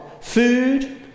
Food